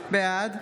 בעד